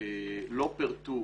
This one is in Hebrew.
לא פירטו